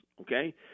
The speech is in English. okay